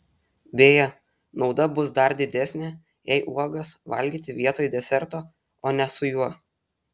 beje nauda bus dar didesnė jei uogas valgyti vietoj deserto o ne su juo